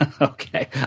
Okay